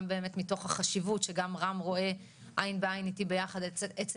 גם באמת מתוך החשיבות שגם רם רואה עין בעין איתי ביחד את עצם